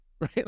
right